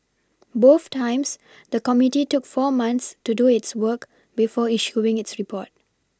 both times the committee took four months to do its work before issuing its report